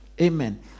Amen